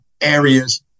areas